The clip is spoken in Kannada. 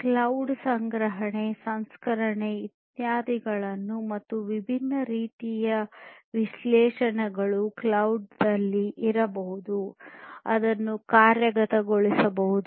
ಕ್ಲೌಡ್ ಸಂಗ್ರಹಣೆ ಸಂಸ್ಕರಣೆ ಇತ್ಯಾದಿಗಳನ್ನು ಮತ್ತು ವಿಭಿನ್ನ ರೀತಿಯ ವಿಶ್ಲೇಷಣೆಗಳು ಕ್ಲೌಡ್ದಲ್ಲಿ ಇರಬಹುದು ಅದನ್ನು ಕಾರ್ಯಗತಗೊಳಿಸಬಹುದು